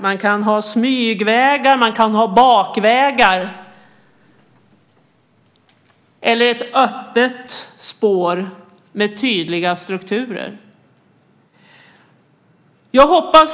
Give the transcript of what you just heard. Man kan ha smygvägar, man kan ha bakvägar eller ett öppet spår med tydliga strukturer. Fru talman!